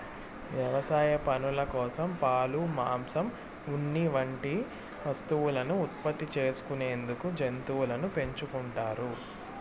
వ్యవసాయ పనుల కోసం, పాలు, మాంసం, ఉన్ని వంటి వస్తువులను ఉత్పత్తి చేసుకునేందుకు జంతువులను పెంచుకుంటారు